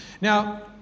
Now